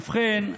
ובכן,